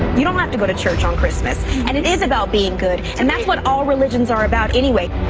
you don't have to go to church on christmas, and it is about being good, and that's what all religions are about anyway.